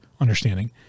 understanding